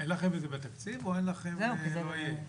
אין לכם את זה בתקציב או שלא יהיה?